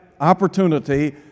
opportunity